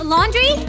Laundry